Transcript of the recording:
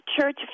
church